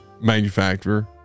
manufacturer